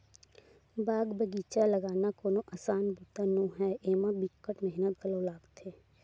बाग बगिचा लगाना कोनो असान बूता नो हय, एमा बिकट मेहनत घलो लागथे